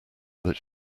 that